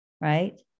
Right